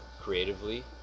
creatively